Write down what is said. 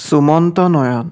Sumanta Nayan